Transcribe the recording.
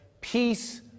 peace